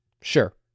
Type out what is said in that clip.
Sure